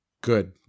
Good